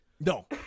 no